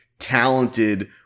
Talented